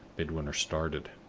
midwinter started.